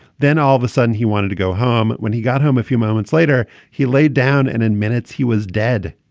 then all of a sudden, he wanted to go home. when he got home a few moments later, he laid down, and in minutes he was dead.